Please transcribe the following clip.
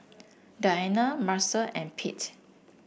Diana Marcel and Pete